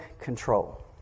control